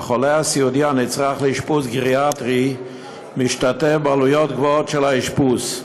והחולה הסיעודי הנצרך לאשפוז גריאטרי משתתף בעלויות הגבוהות של האשפוז.